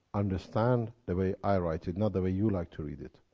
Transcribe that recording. understand the way i write it. not the way you like to read it!